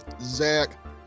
zach